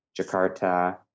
Jakarta